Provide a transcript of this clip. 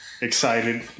excited